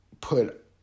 put